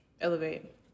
elevate